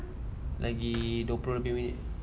lagi dua puluh lebih